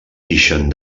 ixen